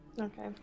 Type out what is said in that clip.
Okay